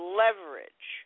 leverage